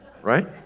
Right